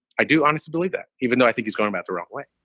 i do honestly believe that even though i think he's going about the wrong way,